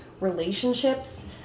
relationships